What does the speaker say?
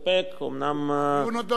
הדיון עוד לא הסתיים.